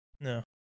no